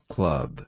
Club